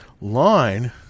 line